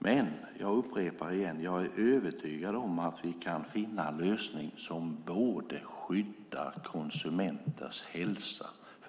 Men jag upprepar: Jag är övertygad om att vi kan finna en lösning som skyddar konsumenters hälsa.